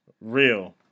Real